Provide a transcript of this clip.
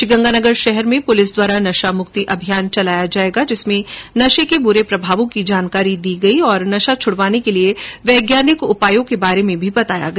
श्रीगंगानगर शहर में पुलिस द्वारा नशा मुक्ति अभियान चलाया गया जिसमें नशा के बुरे प्रभावों की जानकारी दी गई और नशा छुड़वाने के वैज्ञानिक उपायों के बारे में भी बताया गया